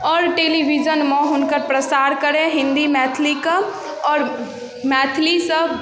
आओर टेलीविजनमे हुनकर प्रसार करै हिन्दी मैथिलीके आओर मैथिलीसँ